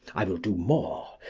i will do more,